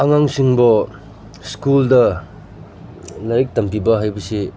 ꯑꯉꯥꯡꯁꯤꯡꯕꯨ ꯁ꯭ꯀꯨꯜꯗ ꯂꯥꯏꯔꯤꯛ ꯇꯝꯕꯤꯕ ꯍꯥꯏꯕꯁꯤ